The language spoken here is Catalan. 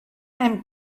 hem